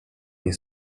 nie